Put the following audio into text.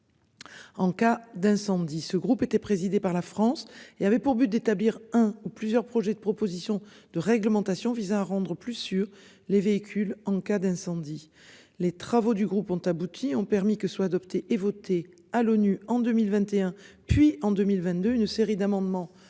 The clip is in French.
En cas d'incendie ce groupe était présidé par la France. Il avait pour but d'établir un ou plusieurs projets de propositions de réglementation visant à rendre plus sur les véhicules en cas d'incendie. Les travaux du groupe ont abouti, ont permis que soit adopté et voté à l'ONU en 2021 puis en 2022 une série d'amendements